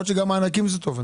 יכול להיות שגם מענקים זה טוב.